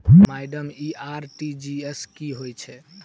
Madam इ RTGS की होइ छैय?